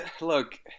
look